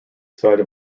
site